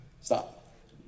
stop